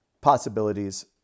possibilities